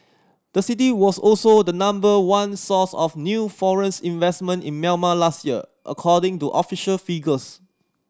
the city was also the number one source of new foreign's investment in Myanmar last year according to official figures